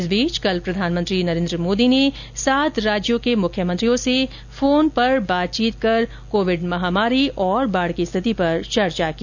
इस बीच कल प्रधानमंत्री नरेन्द्र मोदी ने सात राज्यों के मुख्यमंत्रियों से फोन पर कोविड महामारी और बाढ़ की स्थिति पर चर्चा की